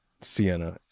Sienna